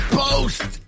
post